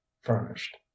furnished